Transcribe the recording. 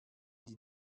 die